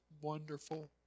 wonderful